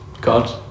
God